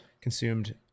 consumed